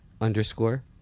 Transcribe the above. underscore